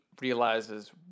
realizes